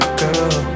girl